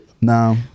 No